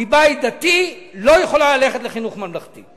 עד היום היו בנות דתיות שהיו הולכות לחינוך ממלכתי.